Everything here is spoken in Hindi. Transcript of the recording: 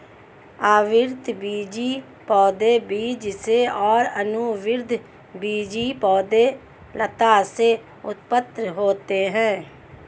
आवृतबीजी पौधे बीज से और अनावृतबीजी पौधे लता से उत्पन्न होते है